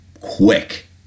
quick